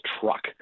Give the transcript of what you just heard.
truck